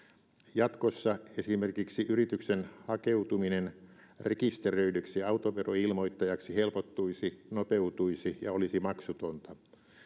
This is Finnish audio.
jatkossa esimerkiksi yrityksen hakeutuminen rekisteröidyksi autoveroilmoittajaksi helpottuisi nopeutuisi ja olisi maksutonta